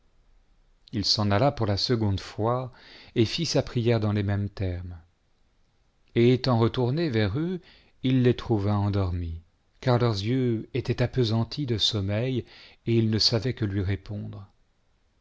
il s'en alla pour la seconde fois et fit sa prière dans les mêmes termes et étant retourné vers eux j il les trouva endormis car leurs yeux étaient appesantis de sommeil et ils ne savaient que lui répondre